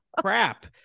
crap